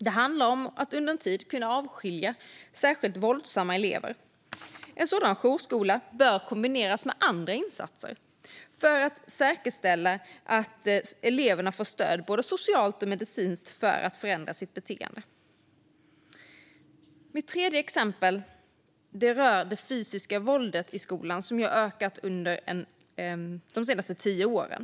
Det handlar om att under en tid kunna avskilja särskilt våldsamma elever. En sådan jourskola bör kombineras med andra insatser för att säkerställa att eleverna får stöd, både socialt och medicinskt, för att förändra sitt beteende. Mitt tredje exempel rör det fysiska våldet i skolan, som har ökat under de senaste tio åren.